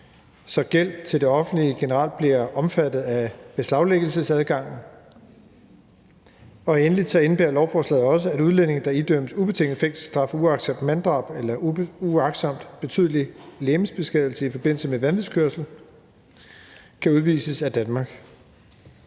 så gæld til det offentlige generelt bliver omfattet af beslaglæggelsesadgangen. Endelig indebærer lovforslaget også, at udlændinge, der idømmes ubetinget fængselsstraf for uagtsomt manddrab eller uagtsom betydelig legemsbeskadigelse i forbindelse med vanvidskørsel, kan udvises af Danmark.